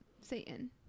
Satan